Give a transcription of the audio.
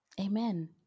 Amen